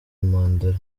mandela